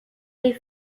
les